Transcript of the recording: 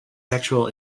sexual